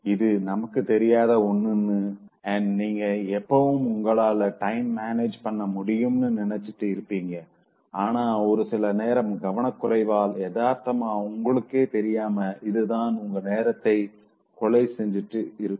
இது நமக்கு தெரியாத ஒன்னுன்னு நீங்க நினைப்பிங்க அண்ட் நீங்க எப்பவும் உங்களால டைம மேனேஜ் பண்ண முடியும்னு நினைச்சிட்டு இருப்பீங்க ஆனா ஒரு சில நேரம் கவனக்குறைவால எதார்த்தமா உங்களுக்கே தெரியாம இதுதான் உங்க நேரத்தை கொலை செஞ்சுட்டு இருக்கும்